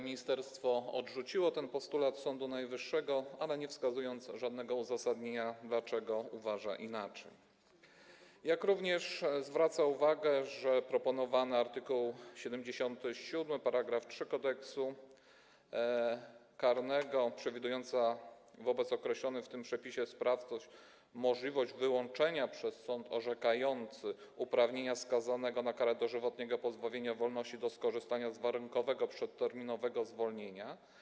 Ministerstwo odrzuciło ten postulat Sądu Najwyższego, nie wskazując żadnego uzasadnienia, dlaczego uważa inaczej, jak również zwraca uwagę na proponowany art. 77 § 3 Kodeksu karnego przewidujący wobec określonych w tym przepisie sprawców możliwość wyłączenia przez sąd orzekający uprawnienia skazanego na karę dożywotniego pozbawienia wolności do skorzystania z warunkowego przedterminowego zwolnienia.